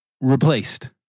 Replaced